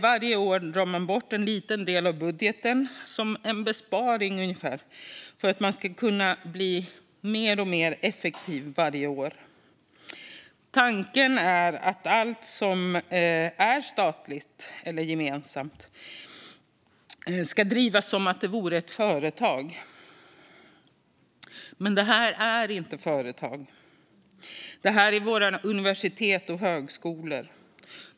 Varje år drar man alltså bort en liten del av budgeten som en besparing, ungefär, för att man ska kunna bli mer och mer effektiv varje år. Tanken är att allt som är statligt, eller gemensamt, ska drivas som att det vore ett företag. Men detta är inte företag. Det är våra universitet och högskolor.